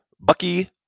Bucky